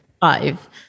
five